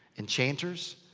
enchanters.